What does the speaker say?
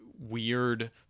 weird